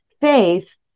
faith